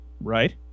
right